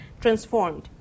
transformed